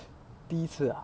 第一次 ah